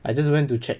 I just want to check